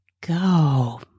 go